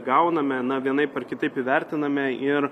gauname na vienaip ar kitaip įvertiname ir